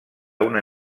una